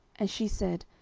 and she said,